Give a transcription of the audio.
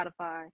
Spotify